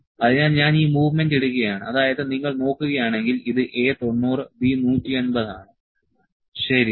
അതിനാൽ ഞാൻ ഈ മൂവ്മെന്റ് ഇടുകയാണ് അതായത് നിങ്ങൾ നോക്കുകയാണെങ്കിൽ ഇത് A 90 B 180 ആണ് ശരി